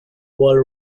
world